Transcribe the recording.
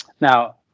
Now